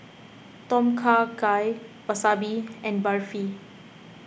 Tom Kha Gai Wasabi and Barfi